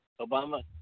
Obama